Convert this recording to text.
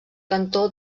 cantó